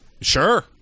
Sure